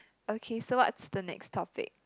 okay so what's the next topic